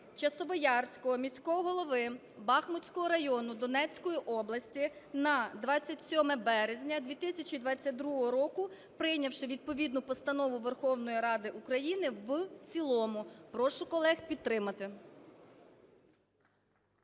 Часовоярського міського голови Бахмутського району Донецької області на 27 березня 2022 року, прийнявши відповідну постанову Верховної Ради України в цілому. Прошу колег підтримати.